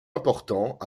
important